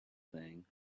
thing